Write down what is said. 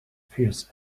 fears